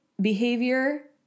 behavior